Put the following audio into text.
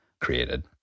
created